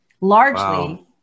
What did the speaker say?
largely